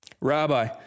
Rabbi